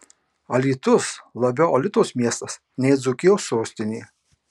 alytus labiau alitos miestas nei dzūkijos sostinė